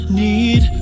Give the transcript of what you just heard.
need